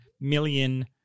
million